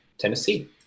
Tennessee